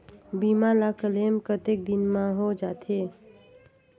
बीमा ला क्लेम कतेक दिन मां हों जाथे?